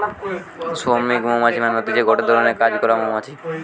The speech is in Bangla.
শ্রমিক মৌমাছি মানে হতিছে গটে ধরণের কাজ করা মৌমাছি